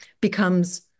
becomes